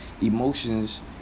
emotions